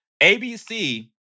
ABC